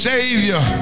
Savior